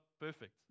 perfect